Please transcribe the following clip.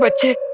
ah to